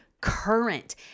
current